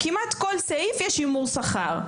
כמעט בכל סעיף יש שימור שכר?